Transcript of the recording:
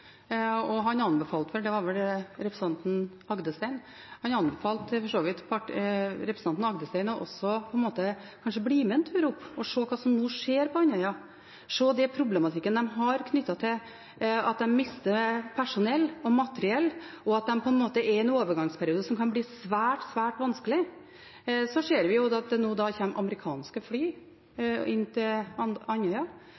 det var vel representanten Rodum Agdestein som spurte – og han anbefalte for så vidt representanten Rodum Agdestein kanskje å bli med en tur opp og se hva som nå skjer på Andøya, se den problematikken de har knyttet til at de mister personell og materiell, og at de er i en overgangsperiode som kan bli svært, svært vanskelig. Så ser vi jo nå at det kommer amerikanske fly inn til Andøya. Vi ser at det